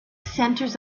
centers